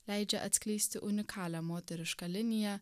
leidžia atskleisti unikalią moterišką liniją